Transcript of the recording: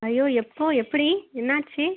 ஐயோ எப்போது எப்படி என்னாச்சு